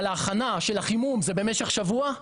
אבל ההכנה של החימום זה במשך שבוע?